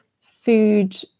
food